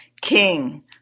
King